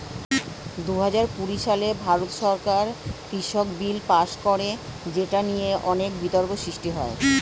দুহাজার কুড়ি সালে ভারত সরকার কৃষক বিল পাস করে যেটা নিয়ে অনেক বিতর্ক সৃষ্টি হয়